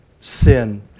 sin